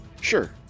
Sure